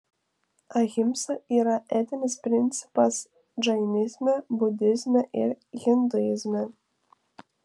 ahimsa yra etinis principas džainizme budizme ir hinduizme